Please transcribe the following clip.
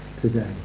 today